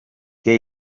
què